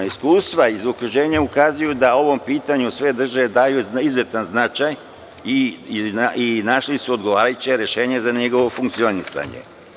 Iskustva iz okruženja ukazuju da ovom pitanju sve države daju izuzetan značaj i našli su odgovarajuće rešenje za njegovo funkcionisanje.